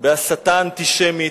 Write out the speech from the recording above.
בהסתה אנטישמית,